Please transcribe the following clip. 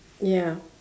ya